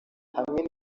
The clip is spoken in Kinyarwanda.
hamwe